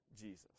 Jesus